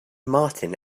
martin